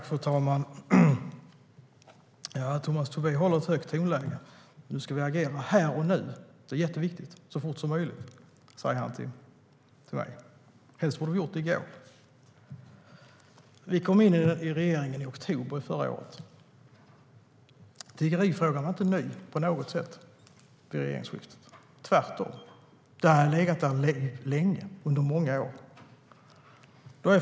Fru talman! Tomas Tobé håller ett högt tonläge. Han säger till mig att vi ska agera här och nu, så fort som möjligt, och att det är jätteviktigt. Helst borde vi ha gjort det i går. Vi kom in i Regeringskansliet i oktober förra året. Tiggerifrågan var vid regeringsskiftet inte ny på något sätt; tvärtom hade den legat där länge, under många år.